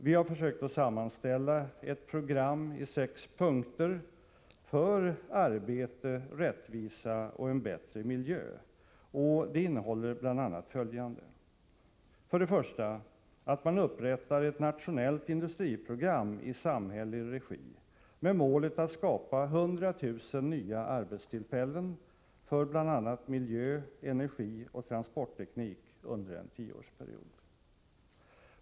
Vi har försökt att sammanställa ett program i sex punkter för arbete, rättvisa och en bättre miljö. Det innehåller bl.a. följande: För det första skall man upprätta ett nationellt industriprogram i samhällelig regi med målet att skapa 100 000 nya arbetstillfällen för bl.a. miljö-, energioch transportteknik under en tioårsperiod.